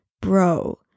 Bro